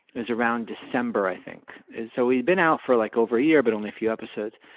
it was around december, i think. so we'd been out for like over a year but only a few episodes.